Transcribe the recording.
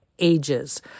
Ages